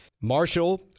Marshall